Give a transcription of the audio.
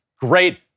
great